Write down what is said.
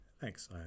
Thanks